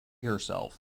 herself